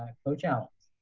um coach alex.